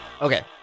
Okay